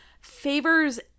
favors